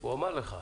הוא אמר לך.